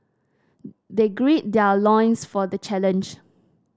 they gird their loins for the challenge